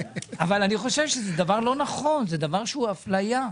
אני חושב שזה דבר לא נכון, זה דבר שהוא אפליה.